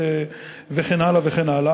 and we hope to continue the great work together.